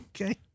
Okay